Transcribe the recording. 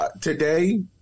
Today